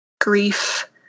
grief